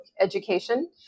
education